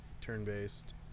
turn-based